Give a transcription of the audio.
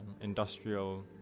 industrial